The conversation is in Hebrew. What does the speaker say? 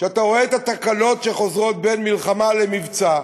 כשאתה רואה את התקלות שחוזרות בין מלחמה למבצע,